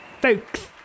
Folks